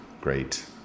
great